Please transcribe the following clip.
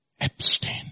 Abstain